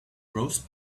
roast